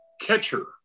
catcher